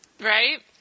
right